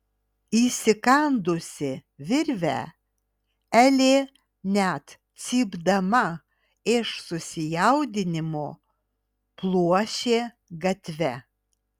įsikandusi virvę elė net cypdama iš susijaudinimo pluošė gatve